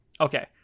Okay